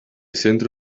centro